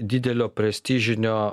didelio prestižinio